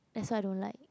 that's why I don't like